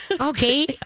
Okay